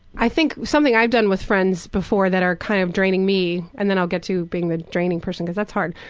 i think something i've done with friends before that are kind of draining me, and then i'll get to being the draining person, because that's hard,